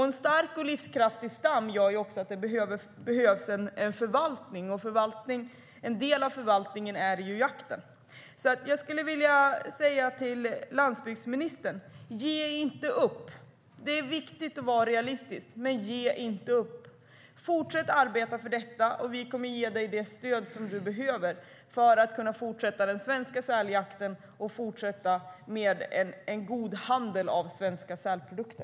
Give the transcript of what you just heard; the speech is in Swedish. En stark och livskraftig stam gör att det också behövs en förvaltning, och en del av förvaltningen är jakten. Jag skulle vilja säga till landsbygdsministern: Ge inte upp! Det är viktigt att vara realistisk, men ge inte upp. Fortsätt att arbeta för detta, och vi kommer att ge dig det stöd som du behöver för att kunna fortsätta den svenska säljakten och fortsätta med en god handel av svenska sälprodukter.